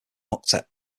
octet